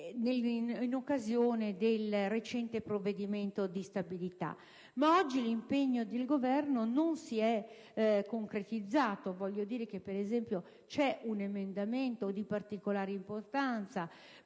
in occasione del recente provvedimento di stabilità, ma ad oggi l'impegno del Governo non si è concretizzato. Per esempio, c'è un emendamento di particolare importanza